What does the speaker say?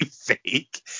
fake